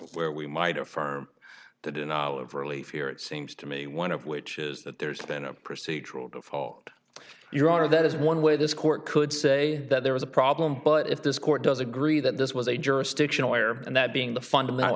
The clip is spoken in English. where we might affirm the denial of relief here it seems to me one of which is that there's been a procedural default your honor that is one way this court could say that there was a problem but if this court does agree that this was a jurisdiction where and that being the fundamental